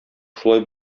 шулай